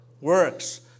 Works